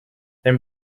then